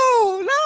no